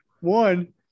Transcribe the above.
one